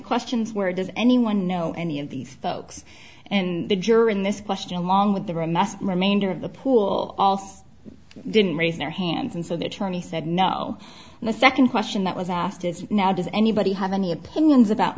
questions where does anyone know any of these folks and the juror in this question along with the very messy remainder of the pool also didn't raise their hands and so the attorney said no and the second question that was asked is now does anybody have any opinions about